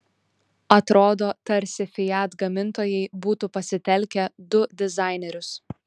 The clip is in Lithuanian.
atrodo tarsi fiat gamintojai būtų pasitelkę du dizainerius